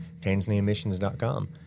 tanzaniamissions.com